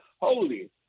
holy